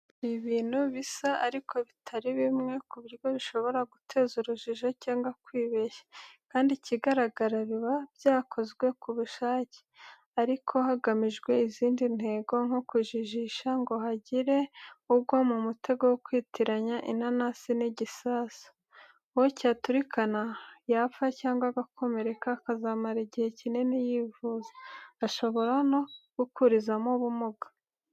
Hari ibintu bisa ariko bitari bimwe ku buryo bishobora guteza urujijo cyangwa kwibeshya, kandi ikigaragara biba byakozwe ku bushake, ariko hagamijwe izindi ntego, nko kujijisha ngo hagire ugwa mu mutego wo kwitiranya inanasi n'igisasu. Uwo cyaturikana yapfa cyangwa agakomereka, akazamara igihe kinini yivuza, ashobora no gukurizamo ubumuga.